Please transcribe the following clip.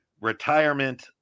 retirement